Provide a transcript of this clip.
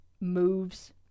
moves